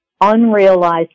unrealized